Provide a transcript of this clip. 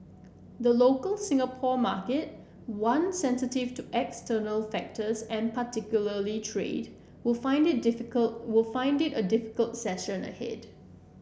the local Singapore market one sensitive to external factors and particularly trade would find it difficult would find it a difficult session ahead